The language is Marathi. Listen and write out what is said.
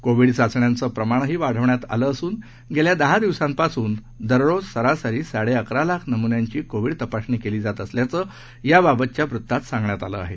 कोविडचाचण्यांचंप्रमाणहीवाढवण्यातआलंअसून गेल्यादहादिवसांपासूनदररोजसरासरीसाडेअकरालाखनम्न्यांचीकोविडतपासणीकेलीजातअ सल्याचं याबाबतच्यावृतातसांगण्यातआलंआहे